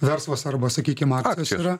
verslas arba sakykim akcijos yra